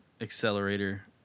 accelerator